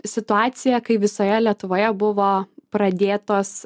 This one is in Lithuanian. situacija kai visoje lietuvoje buvo pradėtos